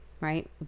right